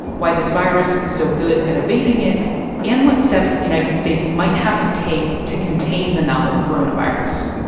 why this virus is so good at evading it and what steps the united states might have to take to contain the novel coronavirus